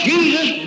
Jesus